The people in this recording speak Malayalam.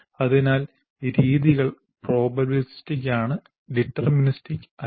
അതിനാൽ രീതികൾ പ്രോബബിലിസ്റ്റിക് ആണ് ഡിറ്റർമിനിസ്റ്റിക്ക് അല്ല